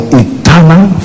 eternal